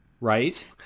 Right